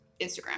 Instagram